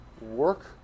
work